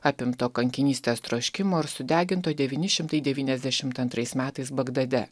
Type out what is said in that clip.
apimto kankinystės troškimo ir sudeginto devyni šimtai devyniasdešimt antrais metais bagdade